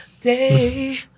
day